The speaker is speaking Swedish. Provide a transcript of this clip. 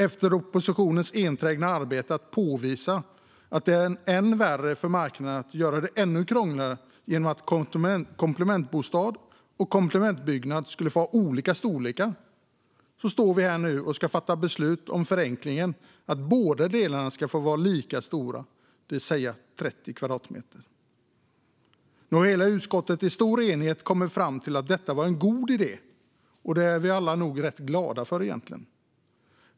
Efter oppositionens enträgna arbete med att påvisa att det är värre för marknaden att göra det ännu krångligare genom att komplementbostad och komplementbyggnad får ha olika storlekar står vi nu här och ska fatta beslut om förenklingen att båda ska få vara lika stora, det vill säga 30 kvadratmeter. Nu har hela utskottet i stor enighet kommit fram till att detta var en god idé, och det är vi nog alla rätt glada för egentligen.